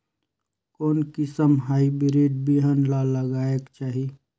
कोन किसम हाईब्रिड बिहान ला लगायेक चाही?